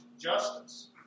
justice